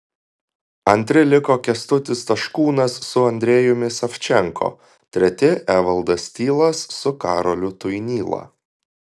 antri liko kęstutis taškūnas su andrejumi savčenko treti evaldas tylas su karoliu tuinyla